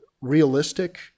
realistic